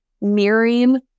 mirroring